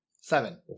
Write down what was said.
seven